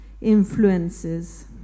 influences